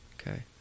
Okay